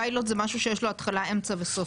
פיילוט זה משהו שיש לו התחלה אמצע וסוף.